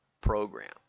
program